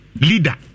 leader